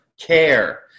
care